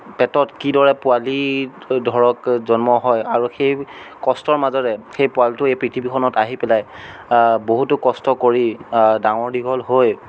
পেটত কিদৰে পোৱালি থৈ ধৰক জন্ম হয় আৰু সেই কষ্টৰ মাজেৰে সেই পোৱালিটো এই পৃথিৱীখনত আহি পেলাই বহুতো কষ্ট কৰি ডাঙৰ দীঘল হৈ